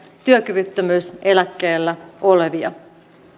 työkyvyttömyyseläkkeellä olevia